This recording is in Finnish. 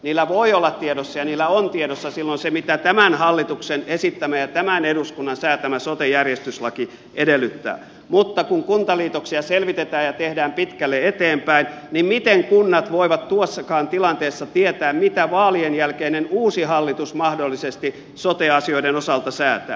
niillä voi olla tiedossa ja niillä on tiedossa silloin se mitä tämän hallituksen esittämä ja tämän eduskunnan säätämä sote järjestyslaki edellyttää mutta kun kuntaliitoksia selvitetään ja tehdään pitkälle eteenpäin niin miten kunnat voivat tuossakaan tilanteessa tietää mitä vaalien jälkeinen uusi hallitus mahdollisesti sote asioiden osalta säätää